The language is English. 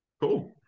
Cool